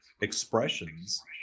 expressions